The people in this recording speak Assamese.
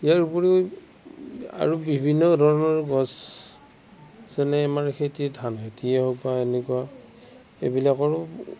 ইয়াৰ উপৰি আৰু বিভিন্ন ধৰণৰ গছ যেনে আমাৰ খেতিৰ ধানখেতিয়ে হওক বা এনেকুৱা এইবিলাকৰো